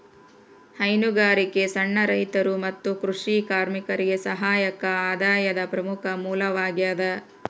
ಹೈನುಗಾರಿಕೆ ಸಣ್ಣ ರೈತರು ಮತ್ತು ಕೃಷಿ ಕಾರ್ಮಿಕರಿಗೆ ಸಹಾಯಕ ಆದಾಯದ ಪ್ರಮುಖ ಮೂಲವಾಗ್ಯದ